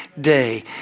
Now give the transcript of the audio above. day